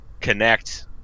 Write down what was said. connect